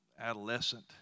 adolescent